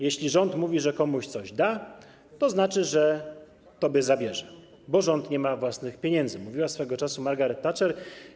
Jeśli rząd mówi, że komuś coś da, to znaczy, że tobie zabierze, bo rząd nie ma własnych pieniędzy - mówiła swojego czasu Margaret Thatcher.